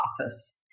office